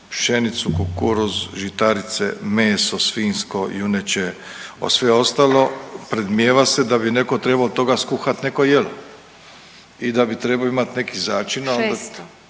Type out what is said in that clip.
pšenicu, kukuruz, žitarice, meso svinjsko, juneće, sve ostalo predmnijeva se da bi netko trebao od toga skuhati neko jelo i da bi trebao imati neki začin …